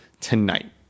tonight